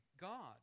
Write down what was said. God